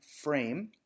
Frame –